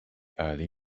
early